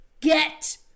get